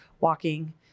walking